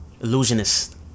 illusionist